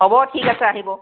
হ'ব ঠিক আছে আহিব